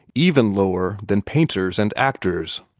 even lower than painters and actors.